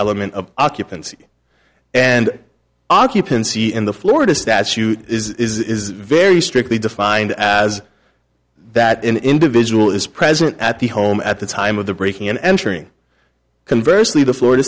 element of occupancy and occupancy in the florida statute is very strictly defined as that an individual is present at the home at the time of the breaking and entering converse leave the florida